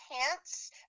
pants